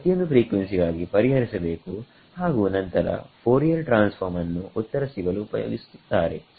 ಪ್ರತಿಯೊಂದು ಫ್ರೀಕ್ವೆನ್ಸಿಗಾಗಿ ಪರಿಹರಿಸಬೇಕು ಹಾಗು ನಂತರ ಫೋರಿಯರ್ ಟ್ರಾನ್ಸ್ ಫೋರ್ಮ್ ಅನ್ನು ಉತ್ತರ ಸಿಗಲು ಉಪಯೋಗಿಸುತ್ತಾರೆ ಸರಿ